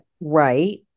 right